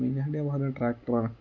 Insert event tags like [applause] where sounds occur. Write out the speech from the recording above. [unintelligible] ട്രാക്ടറാണ്